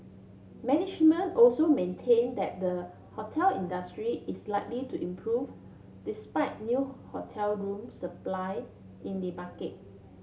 management also maintain that the hotel industry is likely to improve despite new hotel room supply in the market